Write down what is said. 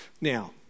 Now